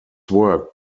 work